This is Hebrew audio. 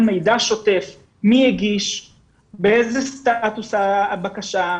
הדברים הבסיסיים צריך שיהיה --- מה זה קשור לרישום פלילי?